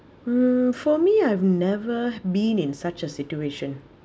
hmm for me I've never been in such a situation